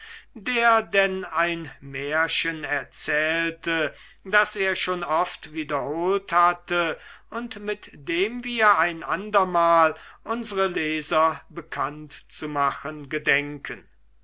der denn ein märchen erzählte das er schon oft wiederholt hatte und mit dem wir ein andermal unsre leser bekannt zu machen gedenken